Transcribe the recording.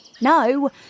No